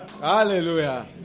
hallelujah